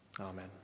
Amen